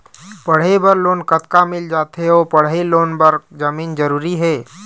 पढ़ई बर लोन कतका मिल जाथे अऊ पढ़ई लोन बर जमीन जरूरी हे?